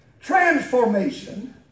Transformation